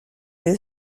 dei